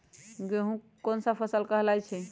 गेहूँ कोन सा फसल कहलाई छई?